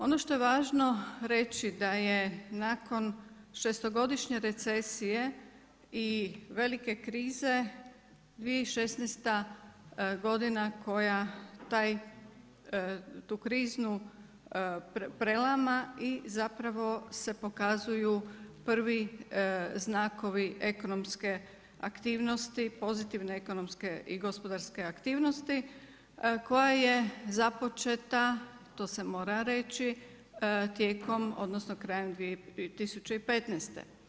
Ono što je važno reći da je nakon šestogodišnje recesije i velike krize 2016. godina koja tu krizu prelama i zapravo se pokazuju prvi znakovi ekonomske aktivnosti, pozitivne ekonomske i gospodarske aktivnosti koja je započeta, to se mora reći tijekom, odnosno krajem 2015.